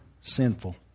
sinful